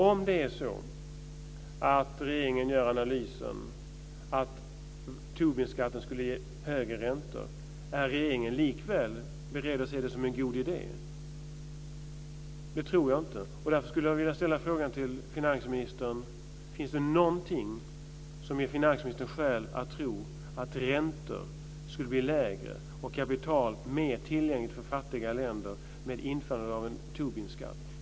Om det är så att regeringen gör analysen att Tobinskatten skulle ge högre räntor, är regeringen då likväl beredd att se den som en god idé? Det tror jag inte. Därför skulle jag vilja ställa en fråga till finansministern. Finns det någonting som ger finansministern skäl att tro att räntorna skulle bli lägre och kapital mer tillgängligt för fattiga länder med ett införande av en Tobinskatt?